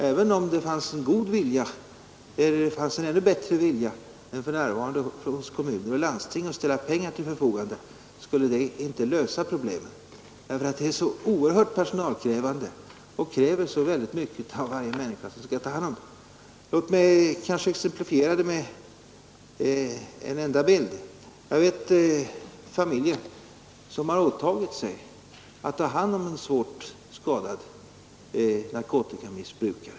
Även om det fanns en ännu bättre vilja än för närvarande hos kommuner och landsting att ställa pengar till förfogande, skulle det inte lösa problemen, därför att det är så oerhört personalkrävande och fordrar så väldigt mycket av varje människa som skall delta i vården. Låt mig exemplifiera det med en enda bild. Jag vet familjer som har åtagit sig att ta hand om en svårt skadad narkotikamissbrukare.